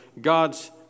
God's